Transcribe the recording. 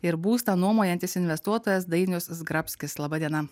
ir būstą nuomojantys investuotojas dainius zgrabskis laba diena